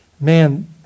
man